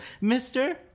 Mister